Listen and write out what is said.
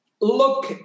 Look